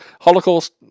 Holocaust